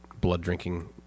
blood-drinking